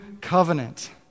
covenant